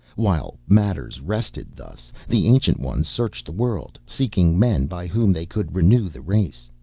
while matters rested thus, the ancient ones searched the world, seeking men by whom they could renew the race.